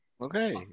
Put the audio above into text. Okay